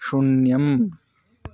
शून्यम्